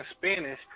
Spanish